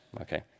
okay